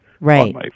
Right